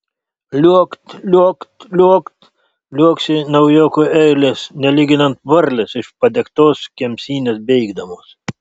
liuokt liuokt liuokt liuoksi naujokų eilės nelyginant varlės iš padegtos kemsynės bėgdamos